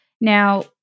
Now-